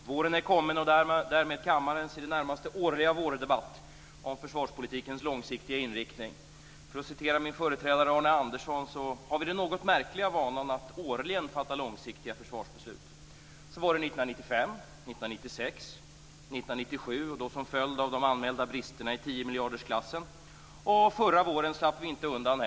Herr talman! Våren är kommen och därmed kammarens i det närmaste årliga vårdebatt om försvarspolitikens långsiktiga inriktning. För att apostrofera min företrädare Arne Andersson har vi den något märkliga vanan att årligen fatta långsiktiga försvarsbeslut. Så skedde vårarna 1995, 1996 och 1997 - den gången som följd av de då anmälda bristerna i 10 miljardersklassen. Inte heller förra våren slapp vi undan.